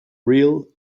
real